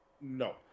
no